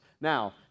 Now